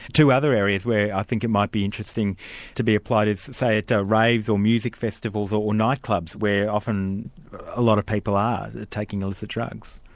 two other areas where i think it might be interesting to be applied is say at raves or music festivals or nightclubs, where often a lot of people are, taking illicit drugs.